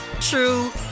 true